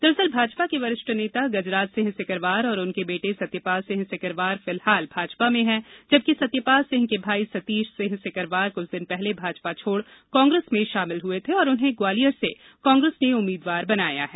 दरअसल भाजपा के वरिष्ठ नेता गजराज सिंह सिकरवार और उनके बेटे सत्यपाल सिंह सिकरवार फिलहाल भाजपा में हैं जबकि सत्यपाल सिंह के भाई सतीश सिंह सिकरवार कुछ दिन पहले भाजपा छोड़ कांग्रेस में शामिल हए थे और उन्हें ग्वालियर से कांग्रेस ने उम्मीदवार बनाया है